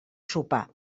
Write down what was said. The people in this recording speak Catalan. sopar